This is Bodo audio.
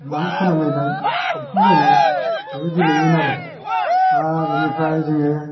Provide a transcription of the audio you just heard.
फोनांलायनाय हमखांलायनाय बेफोर गेलेयोमोन आरो आरो बेनिफ्राय जोङो